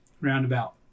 Roundabout